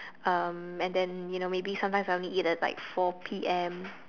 um and then you know maybe sometimes I only eat at like four P_M